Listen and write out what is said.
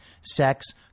sex